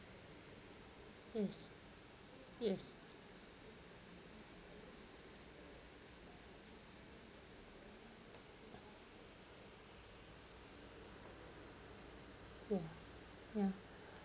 yes yes ya ya